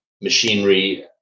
machinery